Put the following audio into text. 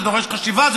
זה דורש חשיבה,